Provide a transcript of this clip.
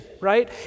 right